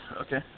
Okay